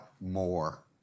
more